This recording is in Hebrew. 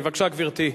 בבקשה, גברתי.